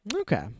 Okay